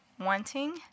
wanting